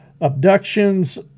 abductions